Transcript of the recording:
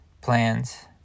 plans